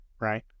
right